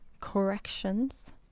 corrections